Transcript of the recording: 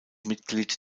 mitglied